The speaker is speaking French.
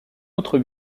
autre